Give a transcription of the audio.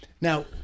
now